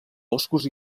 boscos